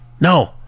No